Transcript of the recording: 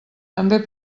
també